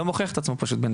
זה לא מוכיח את עצמו בינתיים.